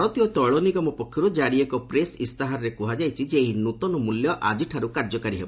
ଭାରତୀୟ ତୈଳ ନିଗମ ପକ୍ଷରୁ ଜାରି ଏକ ପ୍ରେସ୍ ଇଷ୍ଠାହାରରେ କୁହାଯାଇଛି ଯେ ଏହି ନୂଆ ମୂଲ୍ୟ ଆକିଠାରୁ କାର୍ଯ୍ୟକାରୀ ହେବ